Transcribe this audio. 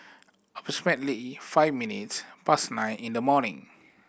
approximately five minutes past nine in the morning